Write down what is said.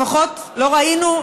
לפחות לא ראינו,